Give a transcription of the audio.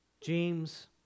James